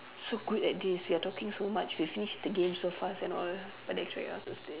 so good at this we are talking so much we finish the game so fast and all but they expect us to stay